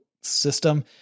system